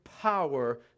power